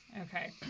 Okay